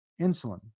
insulin